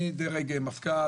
מדרג מפכ"ל,